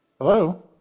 Hello